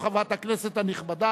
חברת הכנסת הנכבדה,